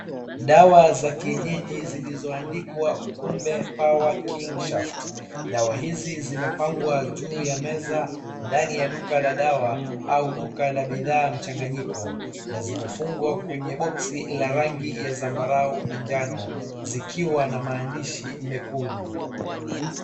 Dawa za kienyeji zilizoandikwa Kumbe Power king shaft. Dawa hizi ziimepangwa juu ya meza ndani ya duka la dawa au duka la bidhaa mchanganyiko na zimefungwa kwenye boksi la rangi zambarau na jano zikiwa na maandishi mekundu.